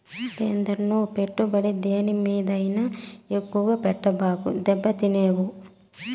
ఏందన్నో, పెట్టుబడి దేని మీదైనా ఎక్కువ పెట్టబాకు, దెబ్బతినేవు